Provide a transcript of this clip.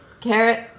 carrot